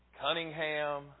Cunningham